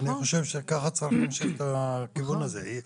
אני חושב שככה צריך להמשיך בכיוון הזה.